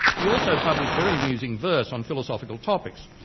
he also published very amusing verse on philosophical topics.